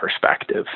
perspective